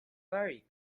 very